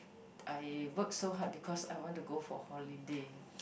I work so hard because I want to go for holiday